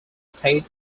state